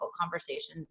conversations